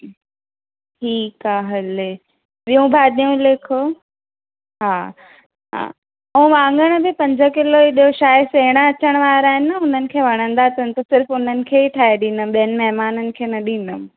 ठीकु आहे हले ॿियूं भाॼियूं लिखो हा हा ऐं वाङण बि पंज किलो ई ॾियो शायदि सेण अचण वारा आहिनी न हुननि खे वणंदा अथनि त सिर्फ़ु हुननि खे ई ठाहे ॾींदमि ॿियनि महिमाननि खे न ॾींदमि